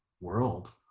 world